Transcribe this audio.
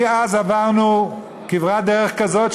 מאז עברנו כברת דרך כזאת,